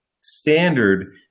standard